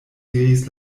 diris